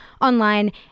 online